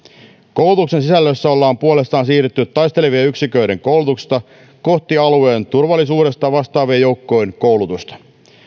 koulutuksen sisällössä ollaan puolestaan siirrytty taistelevien yksiköiden koulutuksesta kohti alueen turvallisuudesta vastaavien joukkojen koulutusta